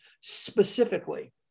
specifically